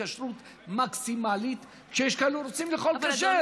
כשרות מקסימלית כשיש כאלה שרוצים לאכול כשר.